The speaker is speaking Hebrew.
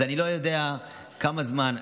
אז אני לא יודע כמה זמן.